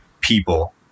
people